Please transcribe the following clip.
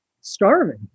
starving